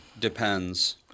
depends